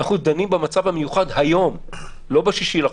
אנחנו דנים במצב המיוחד היום, לא ב-6 לחודש.